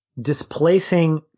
displacing